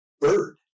bird